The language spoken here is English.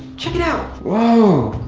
check it out. whoa.